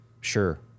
Sure